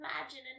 imagine